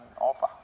offer